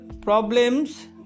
problems